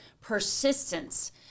persistence